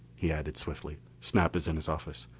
he added swiftly. snap is in his office.